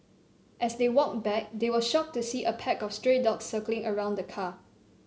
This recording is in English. as they walked back they were shocked to see a pack of stray dogs circling around the car